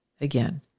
Again